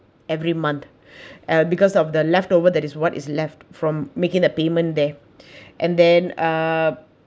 every month uh because of the leftover that is what is left from making a payment there and then uh